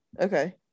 okay